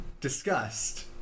discussed